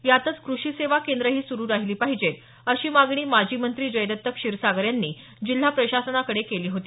यातच कृषी सेवा केंद्र ही सुरु राहिली पाहिजेत अशी मागणी माजी मंत्री जयदत्त क्षीरसागर यांनी जिल्हा प्रशासनाकडे केली होती